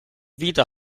wieder